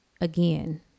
Again